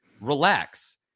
relax